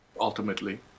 ultimately